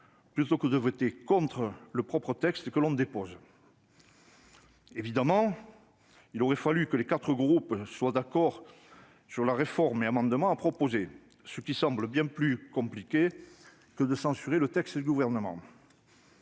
plutôt que de voter contre le propre texte que l'on dépose ? Évidemment, il aurait fallu que les quatre groupes soient d'accord sur la réforme et les amendements à proposer, ce qui semble bien plus compliqué que de censurer le texte du Gouvernement.